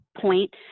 point